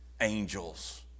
angels